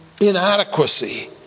inadequacy